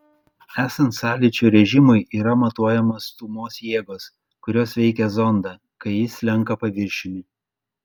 esant sąlyčio režimui yra matuojamos stūmos jėgos kurios veikia zondą kai jis slenka paviršiumi